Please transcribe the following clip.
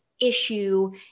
issue